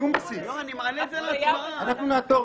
אנחנו נעתור,